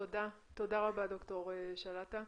תודה, תודה רבה, ד"ר שלאעטה.